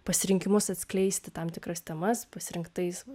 pasirinkimus atskleisti tam tikras temas pasirinktais